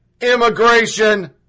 immigration